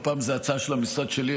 הפעם זו הצעה של המשרד שלי,